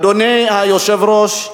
אדוני היושב-ראש,